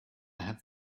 have